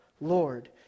Lord